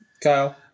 Kyle